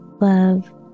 love